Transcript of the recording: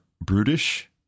brutish